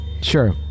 Sure